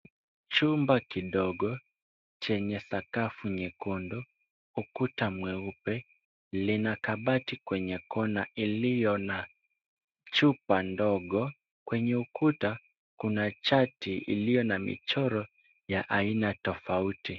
Chumba kidogo chenye sakafu nyekundu, ukuta mweupe, lina kabati kwenye corner iliyo na chupa ndogo. Kwenye ukuta kuna chati iliyo na michoro ya aina tofauti.